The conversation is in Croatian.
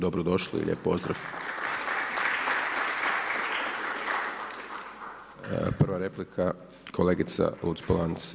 Dobrodošli i lijep pozdrav. Prva replika, kolegica Luc-Polanc.